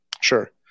sure